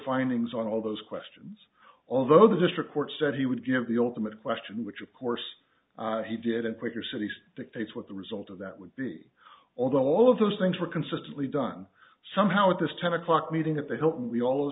findings on all those questions although the district court said he would give the ultimate question which of course he did and quit your city's dictates what the result of that would be although all of those things were consistently done somehow at this ten o'clock meeting at the hilton we all of a